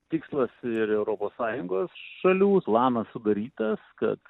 tikslas ir europos sąjungos šalių planas sudarytas kad